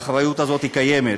האחריות הזאת קיימת,